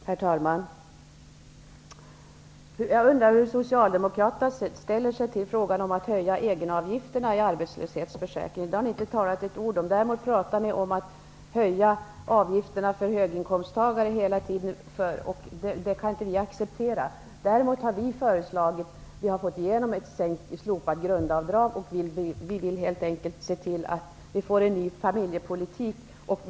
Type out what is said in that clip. Herr talman! Jag undrar hur Socialdemokraterna ställer sig till frågan om att höja egenavgifterna i arbetslöshetsförsäkringen. Det har ni inte talat ett ord om. Däremot pratar ni om att höja avgifterna för höginkomsttagare hela tiden, och det kan inte vi acceptera. Vi har föreslagit och fått igenom slopade grundavdrag. Vi vill helt enkelt se till att få en ny familjepolitik.